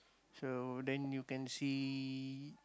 so then you can see